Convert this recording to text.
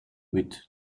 with